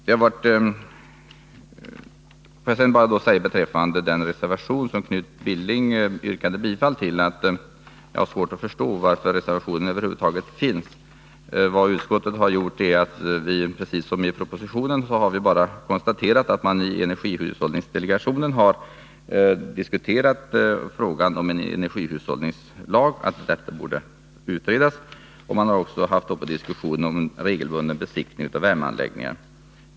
Jag har svårt att förstå varför den reservation som Knut Billing yrkade bifall till över huvud taget finns. Utskottet har, precis som propositionen, bara konstaterat att man i energihushållningsdelegationen har diskuterat frågan om en energihushållningslag och sagt att denna borde utredas. Delegationen har också haft en diskussion om en regelbunden besiktning av värmeanläggningar.